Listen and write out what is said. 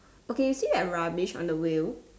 okay you see that rubbish on the wheel